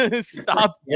stop